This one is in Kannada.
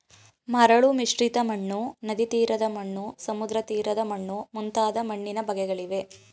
ಮರಳು ಮಿಶ್ರಿತ ಮಣ್ಣು, ನದಿತೀರದ ಮಣ್ಣು, ಸಮುದ್ರತೀರದ ಮಣ್ಣು ಮುಂತಾದ ಮಣ್ಣಿನ ಬಗೆಗಳಿವೆ